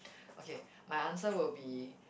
okay my answer will be